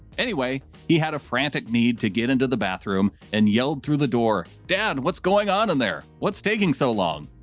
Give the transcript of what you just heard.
anyway, he had a frantic need to get into the bathroom and yelled through the door. dad, what's going on in there? what's taking so long.